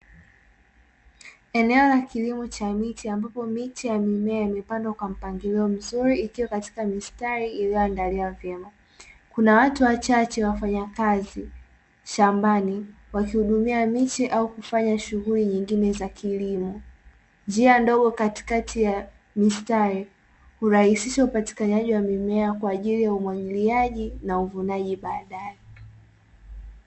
Eneo la kilimo cha mimea ya ndizi ikiwa imepangwa kwa mstari uliyonyooka njia moja imeteuliwa katika mistari kwaajili yakuwezesha kupitisha mabomba ya umwagiliaji